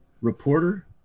reporter